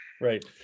Right